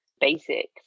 basic